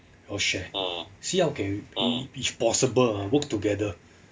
I'll share see how can we if if possible ah work together